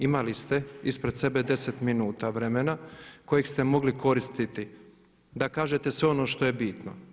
Imali ste ispred sebe 10 minuta vremena kojeg ste mogli koristiti da kažete sve ono što je bitno.